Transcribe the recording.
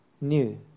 new